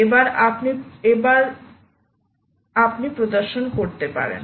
এবার আপনি প্রদর্শন করতে পারেন